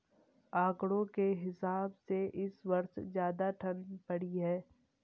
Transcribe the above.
आंकड़ों के हिसाब से इस वर्ष ज्यादा ठण्ड पड़ी है